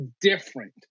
different